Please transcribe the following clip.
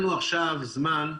הן נכונות,